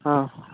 हां